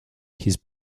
his